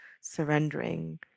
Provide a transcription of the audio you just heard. surrendering